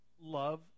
Love